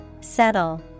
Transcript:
Settle